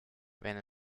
wenn